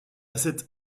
cette